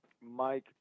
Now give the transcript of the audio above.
Mike